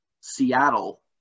Seattle